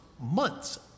months